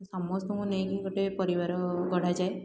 ସମସ୍ତଙ୍କୁ ନେଇକି ଗୋଟେ ପରିବାର ଗଢ଼ାଯାଏ